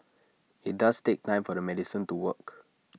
IT does take time for the medicine to work